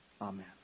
Amen